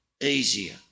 easier